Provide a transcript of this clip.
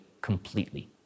completely